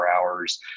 hours